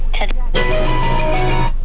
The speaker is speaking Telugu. శ్యాన చోట్ల పశుల మందను మాంసం కోసం వాడతారు